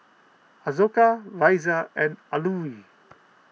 Ashoka Razia and Alluri